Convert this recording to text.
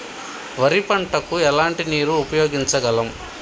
వరి పంట కు ఎలాంటి నీరు ఉపయోగించగలం?